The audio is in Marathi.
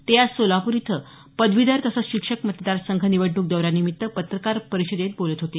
ते आज सोलापूर इथं पदवीधर तसंच शिक्षक मतदार संघ निवडणूक दौऱ्यानिमित्त पत्रकार परिषेदत बोलत होते